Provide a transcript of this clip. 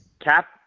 cap